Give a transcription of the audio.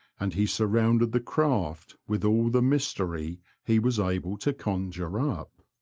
and he surrounded the craft with all the mystery he was able to conjure up.